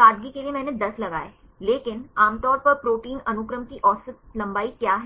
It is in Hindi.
सादगी के लिए मैंने 10 लगाए लेकिन आमतौर पर प्रोटीन अनुक्रम की औसत लंबाई क्या है